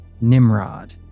Nimrod